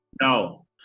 No